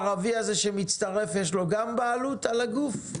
הערוץ הערבי הזה שמצטרף, יש לו גם בעלות על הגוף?